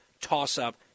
toss-up